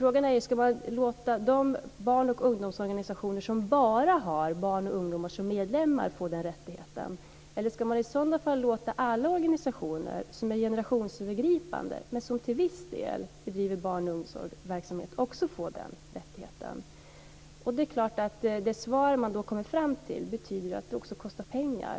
Frågan är om man ska låta de barn och ungdomsorganisationer som bara har barn och ungdomar som medlemmar få den rättigheten eller om man ska låta alla organisationer som är generationsövergripande men som till viss del bedriver barn och ungdomsverksamhet också få denna rättighet. Det svar man då kommer fram till betyder självklart att det också kostar pengar.